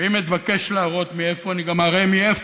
ואם אתבקש להראות מאיפה, אני גם אראה מאיפה.